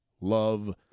love